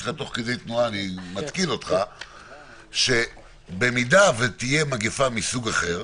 אתכם תוך כדי תנועה שאם תהיה מגפה מסוג אחר,